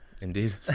indeed